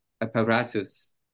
apparatus